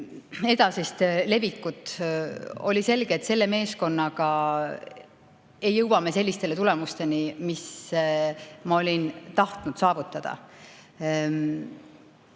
edasist levikut –, me selle meeskonnaga ei jõua selliste tulemusteni, mis ma olin tahtnud saavutada.